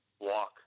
walk